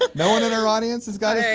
like no one in our audience has got